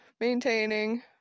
maintaining